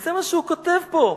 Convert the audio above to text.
וזה מה שהוא כותב פה.